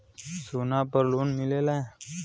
सोना पर लोन मिलेला?